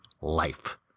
life